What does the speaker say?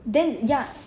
then ya